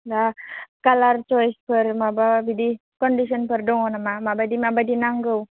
दा कालार चइसफोर माबा बिदि कण्डिसनफोर दङ नामा माबायदि माबायदि नांगौ